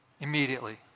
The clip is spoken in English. immediately